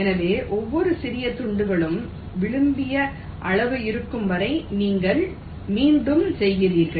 எனவே ஒவ்வொரு சிறிய துண்டுகளும் விரும்பிய அளவு இருக்கும் வரை நீங்கள் மீண்டும் செய்கிறீர்கள்